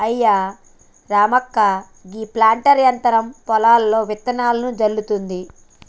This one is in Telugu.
అయ్యా రామక్క గీ ప్లాంటర్ యంత్రం పొలంలో ఇత్తనాలను జల్లుతుంది